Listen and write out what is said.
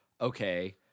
okay